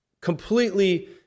completely